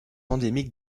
endémique